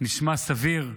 נשמע סביר,